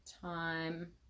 time